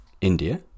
India